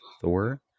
thor